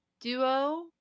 duo